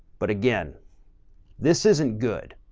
but again this isn't good